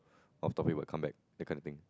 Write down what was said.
off topic but come back that kind of thing